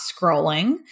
scrolling